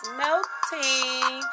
melting